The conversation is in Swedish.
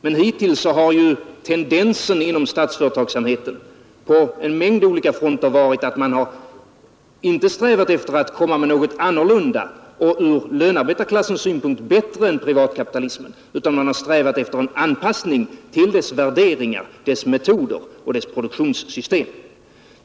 Men hittills har ju tendensen inom statsföretagsamheten på en mängd olika fronter varit att man inte strävat efter att komma med något annorlunda och från lönarbetarklassens synpunkt bättre än privatkapitalismen, utan man har strävat efter en anpassning till dess värderingar, dess metoder och produktionssystem.